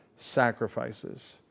sacrifices